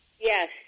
Yes